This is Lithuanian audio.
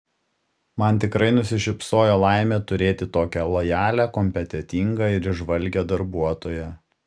man tikrai nusišypsojo laimė turėti tokią lojalią kompetentingą ir įžvalgią darbuotoją